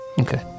Okay